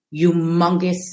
humongous